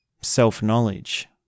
self-knowledge